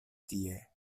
tie